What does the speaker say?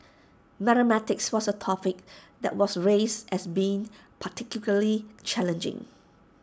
mathematics was A topic that was raised as being particularly challenging